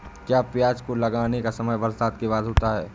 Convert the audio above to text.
क्या प्याज को लगाने का समय बरसात के बाद होता है?